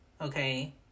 Okay